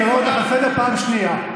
אני אקרא אותך לסדר פעם שנייה.